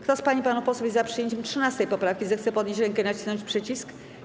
Kto z pań i panów posłów jest za przyjęciem 13. poprawki, zechce podnieść rękę i nacisnąć przycisk.